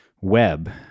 web